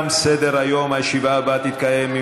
37 בעד, אפס מתנגדים, אפס נמנעים.